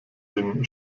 dem